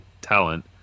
talent